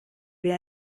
wer